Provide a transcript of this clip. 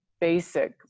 basic